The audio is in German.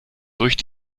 durch